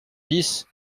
dix